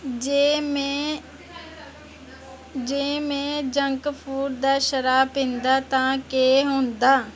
जे में junk food ते शराब पींदा तां केह् होंदा